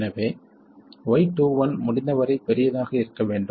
எனவே y21 முடிந்தவரை பெரியதாக இருக்க வேண்டும்